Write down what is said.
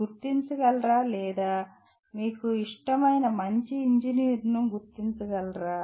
మీరు గుర్తించగలరా లేదా మీకు ఇష్టమైన మంచి ఇంజనీర్ను గుర్తించగలరా